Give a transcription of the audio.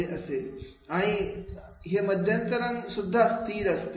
आणि काय हे मध्यंतरात सुद्धा स्थिर असते